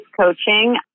coaching